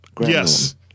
Yes